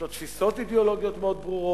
יש לו תפיסות אידיאולוגיות מאוד ברורות,